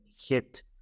hit